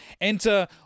Enter